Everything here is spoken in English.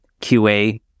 QA